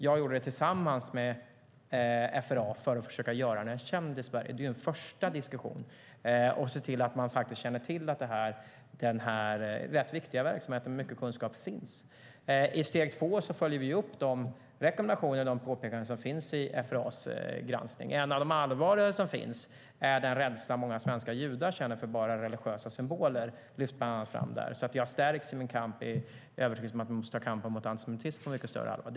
Jag gjorde det tillsammans med representanter för FRA för att, som ett första steg, försöka göra den känd i Sverige, se till att människor får kännedom om den rätt viktiga verksamheten. Där finns mycket kunskap. I steg två följer vi upp de rekommendationer och påpekanden som finns i FRA:s granskning. Ett av de allvarligare påpekanden som görs är den rädsla många svenska judar känner för religiösa symboler. Det lyfts fram i rapporten. Det gör att jag stärks i min övertygelse att vi måste ta kampen mot antisemitismen på mycket större allvar.